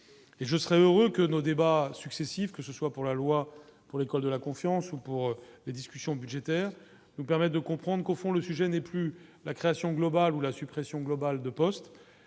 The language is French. et je serais heureux que nos débats successifs, que ce soit pour la loi pour l'école de la confiance ou pour les discussions budgétaires nous permettent de comprendre qu'au fond, le sujet n'est plus la création globale ou la suppression globale de postes,